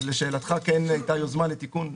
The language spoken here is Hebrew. אז, לשאלתך, כן הייתה יוזמה לתיקון.